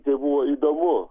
tai buvo įdomu